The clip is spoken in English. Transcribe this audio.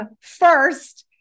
first